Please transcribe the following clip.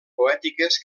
poètiques